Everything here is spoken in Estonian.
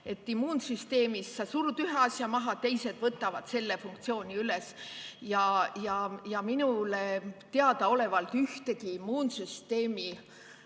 Immuunsüsteemis sa surud ühe asja maha, teised võtavad selle funktsiooni üle. Ja minule teadaolevalt ühtegi immuunsüsteemi